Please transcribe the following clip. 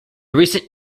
recent